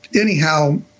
Anyhow